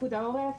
פיקוד העורף